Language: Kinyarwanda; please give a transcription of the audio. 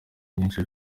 nyinshi